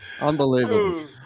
Unbelievable